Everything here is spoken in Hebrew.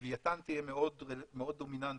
לווייתן תהיה מאוד דומיננטית